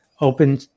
open